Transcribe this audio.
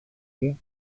μου